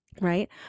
right